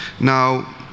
Now